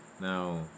now